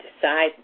decide